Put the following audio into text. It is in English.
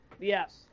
yes